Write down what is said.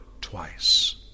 twice